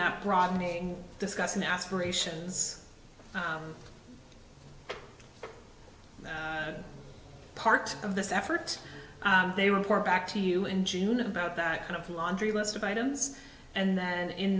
that broadening discussion aspirations part of this effort they report back to you in june about that kind of laundry list of items and then in